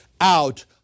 out